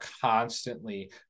constantly